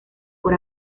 por